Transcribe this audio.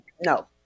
no